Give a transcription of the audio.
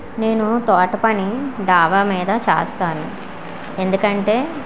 నేను తోట పని డాబా మీద చేస్తాను ఎందుకంటే